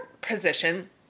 position